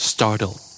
Startle